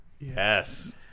Yes